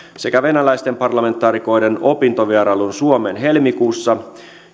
sekä venäläisten parlamentaarikoiden opintovierailun suomeen helmikuussa